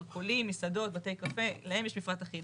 מרכולים, מסעדות, בתי קפה - להם יש מפרט אחיד.